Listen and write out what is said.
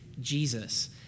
Jesus